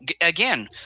again